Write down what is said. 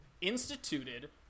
instituted